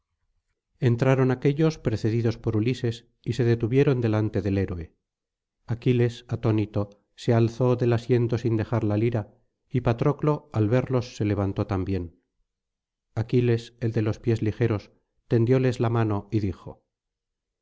entraron aquéllos precedidos por ulises y se detuvieron delante del héroe aquiles atónito se alzó del asiento sin dejar la lira y patroclo al verlos se levantó también aquiles el de los pies ligeros tendióles la mano y dijo